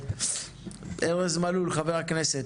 ארז מלול חבר הכנסת,